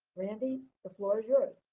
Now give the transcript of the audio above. randy, the floor is yours.